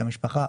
את המשפחה,